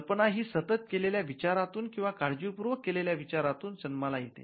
कल्पना ही सतत केलेल्या विचारातून किंवा काळजीपूर्वक केलेल्या विचारातून जन्माला येते